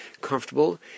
comfortable